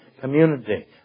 community